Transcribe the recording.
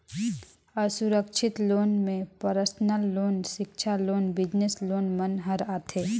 असुरक्छित लोन में personal loan, सिक्छा लोन, बिजनेस लोन मन हर आथे